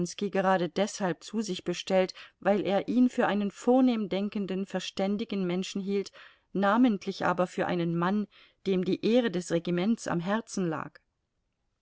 gerade deshalb zu sich bestellt weil er ihn für einen vornehm denkenden verständigen menschen hielt namentlich aber für einen mann dem die ehre des regiments am herzen lag